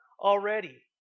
already